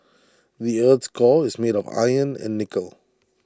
the Earth's core is made of iron and nickel